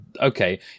okay